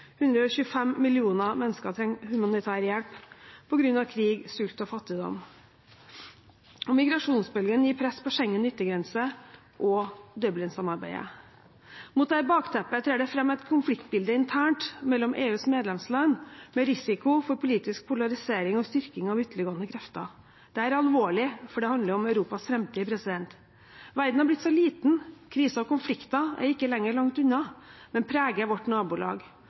125 millioner mennesker trenger humanitær hjelp på grunn av krig, sult og fattigdom. Migrasjonsbølgen gir press på Schengens yttergrense og Dublin-samarbeidet. Mot dette bakteppet trer det fram et konfliktbilde internt mellom EUs medlemsland, med risiko for politisk polarisering og styrking av ytterliggående krefter. Dette er alvorlig, for det handler om Europas framtid. Verden er blitt så liten, kriser og konflikter er ikke lenger langt unna, men preger vårt nabolag.